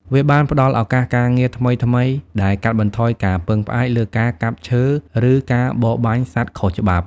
វាបានផ្តល់ឱកាសការងារថ្មីៗដែលកាត់បន្ថយការពឹងផ្អែកលើការកាប់ឈើឬការបរបាញ់សត្វខុសច្បាប់។